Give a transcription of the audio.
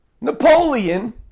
Napoleon